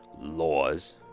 laws